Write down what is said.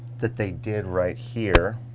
that they did right here.